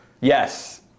Yes